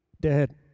dead